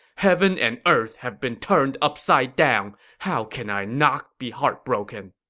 heaven and earth have been turned upside down. how can i not be heartbroken!